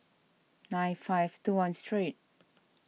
nine five two one street